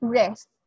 rest